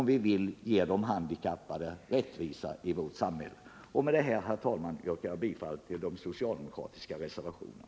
Vi vill ge de handikappade rättvisa i vårt samhälle. Med detta, herr talman, yrkar jag bifall till de socialdemokratiska motionerna.